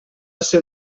ser